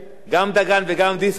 שהם פוגעים בראש הממשלה,